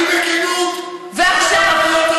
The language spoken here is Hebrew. תעני בכנות, תעני בכנות, או לא?